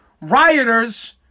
rioters